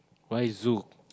why Zoo